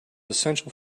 essential